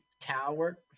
Tower